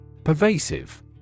Pervasive